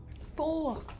Four